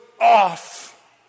off